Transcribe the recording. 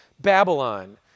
Babylon